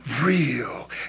real